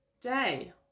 day